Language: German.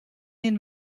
den